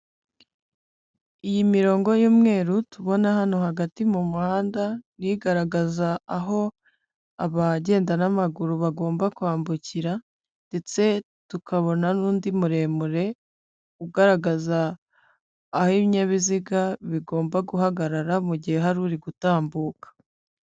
Iyi mirongo y'umweru tubona hano hagati mu muhanda ni igaragaza aho abagenda n'amaguru bagomba kwambukira ndetse tukabona n'undi muremure, ugaragaza a aho ibinyabiziga bigomba guhagarara mu gihe hari uri gutambuka.